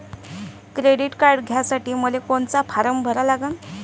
Credit card घ्यासाठी मले कोनचा फारम भरा लागन?